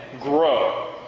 grow